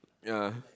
ya